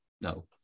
No